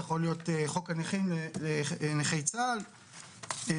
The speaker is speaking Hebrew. זה יכול להיות חוק הנכים לנכי צה"ל וכו'.